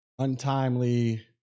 untimely